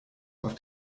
auf